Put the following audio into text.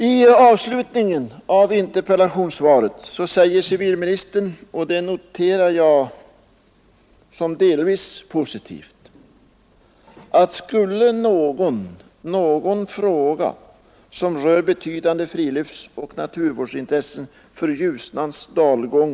I avslutningen av interpellationssvaret säger civilministern följande, som jag noterar som delvis positivt: ”Som herr Eriksson påpekat redovisas i departementspromemorian betydande friluftslivsoch naturvårdsintressen för Ljusnans dalgång.